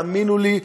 האמינו לי,